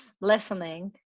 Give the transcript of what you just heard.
listening